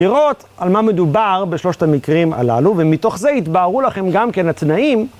לראות על מה מדובר בשלושת המקרים הללו ומתוך זה יתבהרו לכם גם כן התנאים.